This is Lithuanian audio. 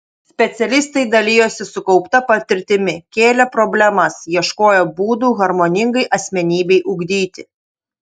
specialistai dalijosi sukaupta patirtimi kėlė problemas ieškojo būdų harmoningai asmenybei ugdyti